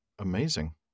Amazing